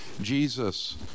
Jesus